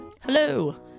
Hello